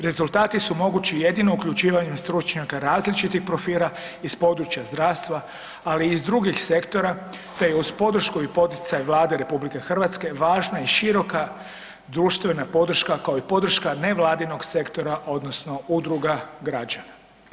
Rezultati su mogući jedino uključivanjem stručnjaka različitih profila iz područja zdravstva, ali i iz drugih sektora, te je uz podršku i poticaj Vlade RH važna i široka društvena podrška, kao i podrška nevladinog sektora odnosno udruga građana.